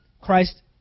Christ